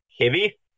heavy